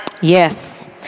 Yes